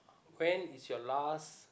when is your last